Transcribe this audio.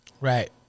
Right